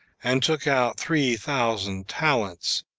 and took out three thousand talents,